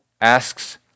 asks